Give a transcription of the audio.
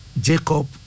Jacob